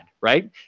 right